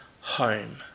home